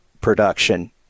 production